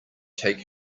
take